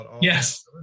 Yes